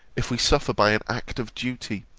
if we suffer by an act of duty,